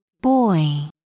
Boy